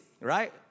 right